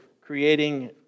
creating